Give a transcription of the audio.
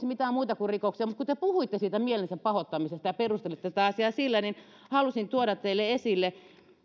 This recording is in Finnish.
mitään muuta kuin rikoksia kun te puhuitte siitä mielensä pahoittamisesta ja perustelitte tätä asiaa sillä niin halusin tuoda teille esille